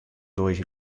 durch